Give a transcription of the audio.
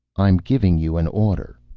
i'm giving you an order.